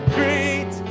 great